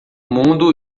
mundo